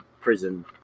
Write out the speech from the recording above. prison